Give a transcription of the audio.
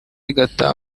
igataha